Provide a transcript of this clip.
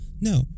No